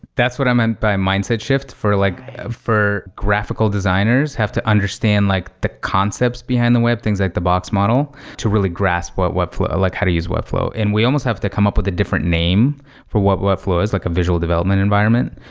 that's what i meant by mindset shift. for like graphical designers, have to understand like the concepts behind the web. things like the box model to really grasp what webflow like how to use webflow. and we almost have to come up with a different name for what webflow is, like a visual development environment.